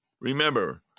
Remember